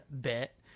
bit